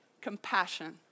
compassion